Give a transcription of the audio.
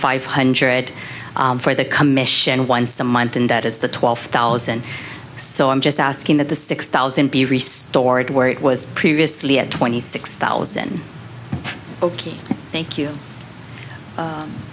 five hundred for the commission once a month and that is the twelve thousand so i'm just asking that the six thousand be restored where it was previously at twenty six thousand ok thank you